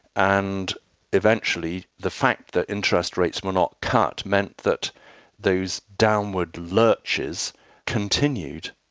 and eventually the fact that interest rates were not cut meant that those downward lurches continued.